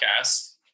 podcast